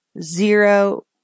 zero